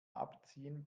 abziehen